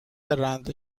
رنده